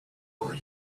over